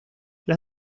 las